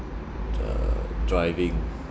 uh driving